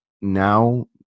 now